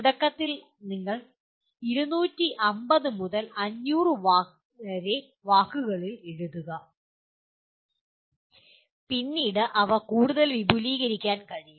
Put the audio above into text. തുടക്കത്തിൽ നിങ്ങൾ 250 മുതൽ 500 വരെ വാക്കുകളിൽ എഴുതുക പിന്നീട് അവ കൂടുതൽ വിപുലീകരിക്കാൻ കഴിയും